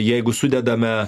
jeigu sudedame